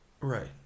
Right